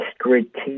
strategic